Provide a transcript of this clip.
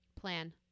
Plan